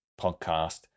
podcast